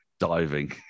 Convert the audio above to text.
Diving